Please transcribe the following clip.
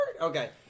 Okay